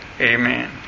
Amen